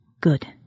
Good